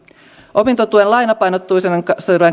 opintotuen lainapainotteisuuden